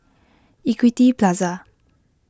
Equity Plaza